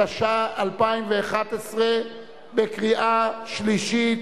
התשע"א 2011. קריאה שלישית.